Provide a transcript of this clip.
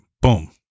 Boom